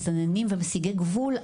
מסתננים ומסיגי גבול,